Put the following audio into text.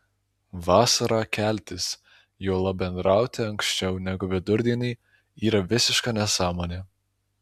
vasarą keltis juolab bendrauti anksčiau negu vidurdienį yra visiška nesąmonė